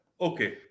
Okay